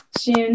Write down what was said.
June